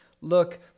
Look